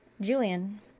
Julian